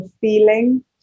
feeling